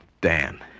Dan